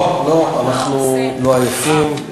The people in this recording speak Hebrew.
לא, אנחנו לא עייפים.